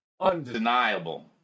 undeniable